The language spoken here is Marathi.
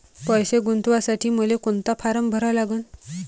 पैसे गुंतवासाठी मले कोंता फारम भरा लागन?